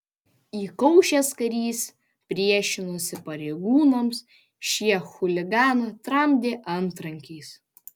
įkaušęs karys priešinosi pareigūnams šie chuliganą tramdė antrankiais